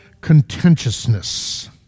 contentiousness